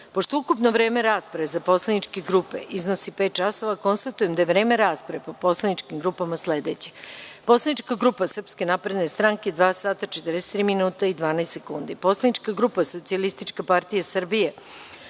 grupe. Pošto ukupno vreme rasprave za poslaničke grupe iznosi pet časova, konstatujem da je vreme rasprave po poslaničkim grupama sledeće: Poslanička grupa Srpska napredna stranka – dva sata, 43 minuta i 12 sekundi; Poslanička grupa Socijalistička partija Srbije